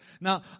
Now